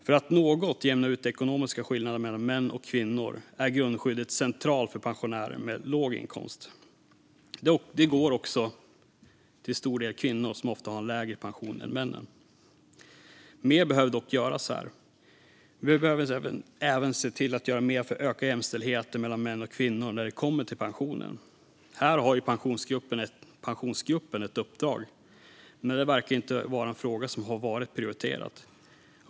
För att något jämna ut de ekonomiska skillnaderna mellan män och kvinnor är grundskyddet centralt för pensionärer med låg inkomst. Det går också till stor del till kvinnor, som ofta har en lägre pension än män. Mer behöver dock göras här. Vi behöver även se till att göra mer för att öka jämställdheten mellan män och kvinnor när det gäller pensionen. Här har Pensionsgruppen ett uppdrag, men detta verkar inte vara en fråga som har varit prioriterad.